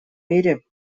мире